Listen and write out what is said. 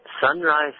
sunrise